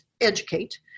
educate